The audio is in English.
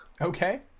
Okay